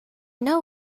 know